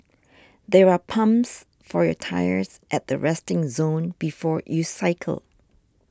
there are pumps for your tyres at the resting zone before you cycle